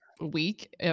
week